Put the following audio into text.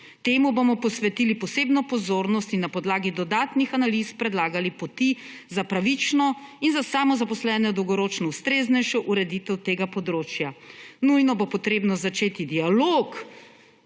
Temu bomo posvetili pozornost in na podlagi dodatnih analiz predlagali poti za pravično in za samozaposlene dolgoročno ustreznejšo ureditev tega področja. Nujno bo potrebno začeti dialog,